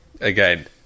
Again